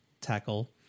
tackle